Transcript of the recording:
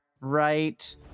right